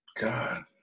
God